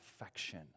affection